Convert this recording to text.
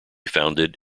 founded